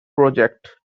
project